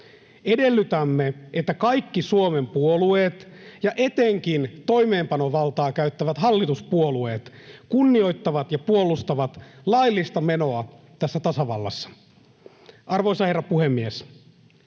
Edellytämme, että kaikki Suomen puolueet — ja etenkin toimeenpanovaltaa käyttävät hallituspuolueet — kunnioittavat ja puolustavat laillista menoa tässä tasavallassa. Arvoisa herra puhemies!